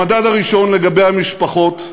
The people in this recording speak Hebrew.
במדד הראשון לגבי המשפחות,